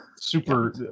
super